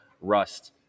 rust